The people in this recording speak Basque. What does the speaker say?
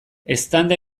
eztanda